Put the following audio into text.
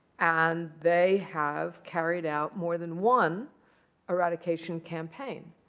and they have carried out more than one eradication campaign.